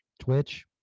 Twitch